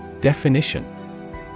Definition